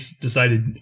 decided